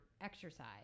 exercise